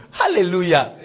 hallelujah